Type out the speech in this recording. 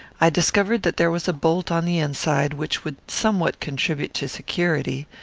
i discovered that there was a bolt on the inside, which would somewhat contribute to security.